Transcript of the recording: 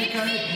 מקדמים,